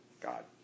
God